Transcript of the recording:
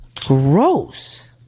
Gross